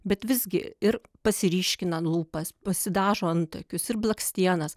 bet visgi ir pasiryškina lūpas pasidažo antakius ir blakstienas